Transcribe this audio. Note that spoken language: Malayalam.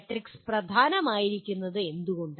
മാട്രിക്സ് പ്രധാനമായിരിക്കുന്നത് എന്തുകൊണ്ട്